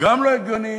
גם לא הגיוני,